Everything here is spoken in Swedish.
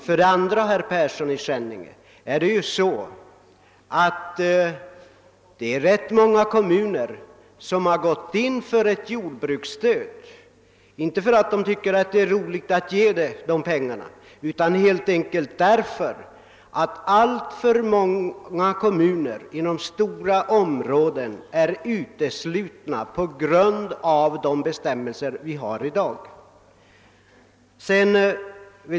För det andra, herr Persson i Skänninge, är det rätt många kommuner som gått in för ett jordbruksstöd, inte därför att de tycker att det är roligt att ge dessa pengar utan helt enkelt därför att man inom stora områden är utesluten från stödet på grund av de bestämmelser vi har i dag.